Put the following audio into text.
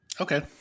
okay